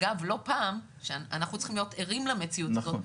לא פעם אנחנו צריכים להיות ערים למציאות הזאת,